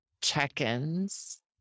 check-ins